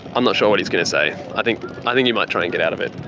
i'm not sure what he's gonna say. i think. i think he might try and get out of it.